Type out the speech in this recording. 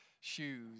shoes